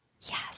yes